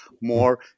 more